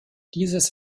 dieses